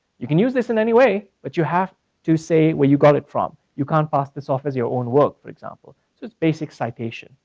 you can use this in any way, but you have to say where you got it from. you can't pass this off as your own work for example. just basic citation,